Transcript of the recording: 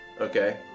Okay